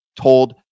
told